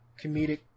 comedic